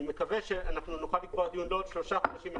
אני מקווה שנוכל לקבוע דיון בעוד שלושה חודשים.